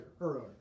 earlier